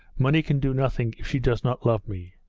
money can do nothing if she does not love me.